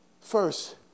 first